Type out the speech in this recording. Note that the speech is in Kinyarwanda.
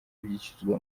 byishyuzwa